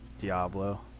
Diablo